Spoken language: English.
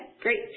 great